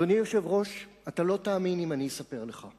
אדוני היושב-ראש, אתה לא תאמין אם אני אספר לך.